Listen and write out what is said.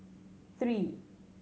three